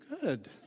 good